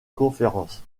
conférences